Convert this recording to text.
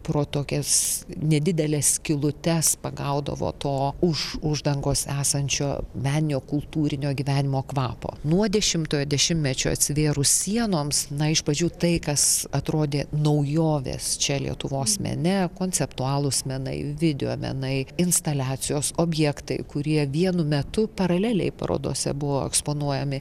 pro tokias nedideles skylutes pagaudavo to už uždangos esančio meninio kultūrinio gyvenimo kvapo nuo dešimtojo dešimtmečio atsivėrus sienoms na iš pradžių tai kas atrodė naujovės čia lietuvos mene konceptualūs menai video menai instaliacijos objektai kurie vienu metu paraleliai parodose buvo eksponuojami